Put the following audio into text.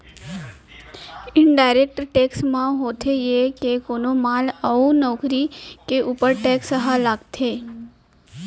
indirect tax म होथे ये के कोनो माल अउ नउकरी के ऊपर टेक्स ह लगथे